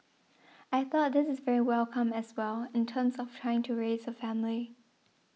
I thought this is very welcome as well in terms of trying to raise a family